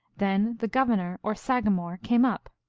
then the governor, or sagamore, came up.